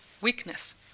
weakness